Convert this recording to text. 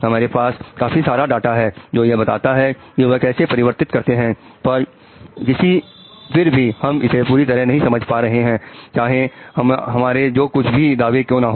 हमारे पास काफी सारा डाटा है जो यह बताता है कि वह कैसे परिवर्तित करते हैं पर फिर भी हम इसे पूरी तरह से नहीं समझ पाए हैं चाहे हमारे जो कुछ भी दावे क्यों न हो